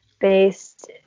based